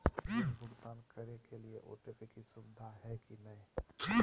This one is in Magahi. ऋण भुगतान करे के लिए ऑटोपे के सुविधा है की न?